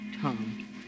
Tom